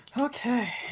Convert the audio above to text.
Okay